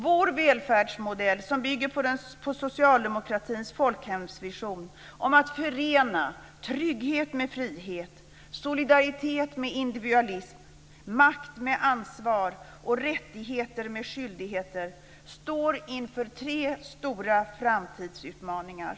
Vår välfärdsmodell, som bygger på socialdemokratins folkhemsvision om att förena trygghet med frihet, solidaritet med individualism, makt med ansvar och rättigheter med skyldigheter, står inför tre stora framtidsutmaningar.